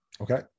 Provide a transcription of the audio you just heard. Okay